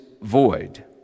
void